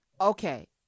Okay